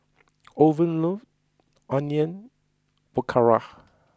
Owen loves Onion Pakora